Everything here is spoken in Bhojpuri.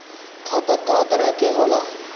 खाता क तरह के होला?